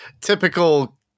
typical